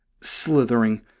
slithering